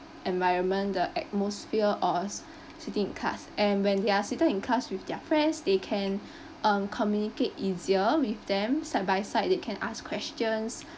environment the atmosphere of sitting in class and when they're seated in class with their friends they can um communicate easier with them side by side they can ask questions